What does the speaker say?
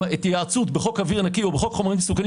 התייעצות בחוק אוויר נקי או בחוק חומרים מסוכנים